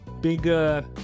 bigger